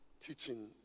teaching